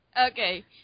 Okay